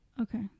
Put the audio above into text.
Okay